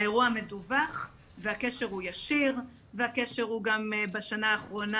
האירוע מדווח והקשר הוא ישיר והקשר הוא גם בשנה האחרונה